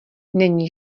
není